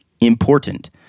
Important